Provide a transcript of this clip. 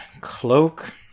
Cloak